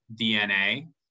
DNA